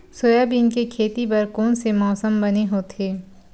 Soybean के खेती बर कोन से मौसम बने होथे?